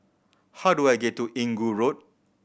how do I get to Inggu Road